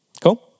Cool